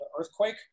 earthquake